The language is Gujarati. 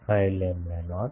5 લેમ્બડા નોટ